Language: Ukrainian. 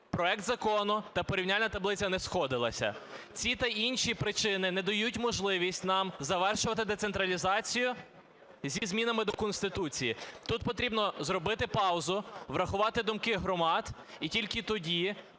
проект закону та порівняльна таблиця не сходилася. Ці та інші причини не дають можливість нам завершити децентралізацію зі змінами до Конституції. Тут потрібно зробити паузу, врахувати думки громад, і тільки тоді